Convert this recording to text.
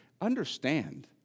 Understand